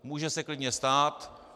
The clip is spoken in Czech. Může se klidně stát...